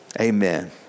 Amen